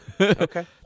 Okay